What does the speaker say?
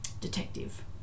detective